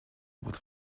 with